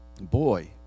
Boy